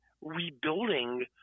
rebuilding